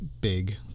big